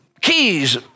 Keys